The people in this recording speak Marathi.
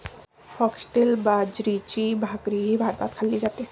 फॉक्सटेल बाजरीची भाकरीही भारतात खाल्ली जाते